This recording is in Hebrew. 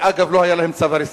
ואגב, לא היה להם צו הריסה,